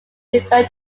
refer